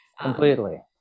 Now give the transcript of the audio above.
Completely